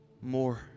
more